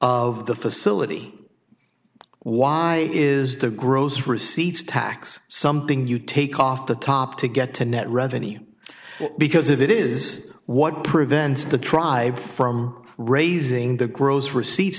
of the facility why is the gross receipts tax something you take off the top to get to net revenue because if it is what prevents the tribes from raising the gross receipts